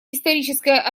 историческая